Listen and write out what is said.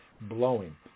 blowing